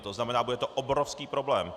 To znamená, bude to obrovský problém.